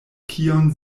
kion